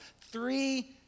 Three